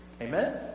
Amen